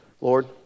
Lord